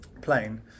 plane